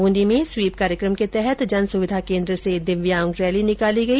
ब्रंदी में स्वीप कार्यक्रम के तहत जन सुविधा केन्द्र से दिव्यांग रैली निकाली गई